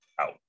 Out